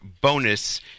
bonus